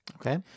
Okay